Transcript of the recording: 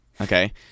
okay